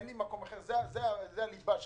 אין לי מקום אחר, זה הליבה שלי,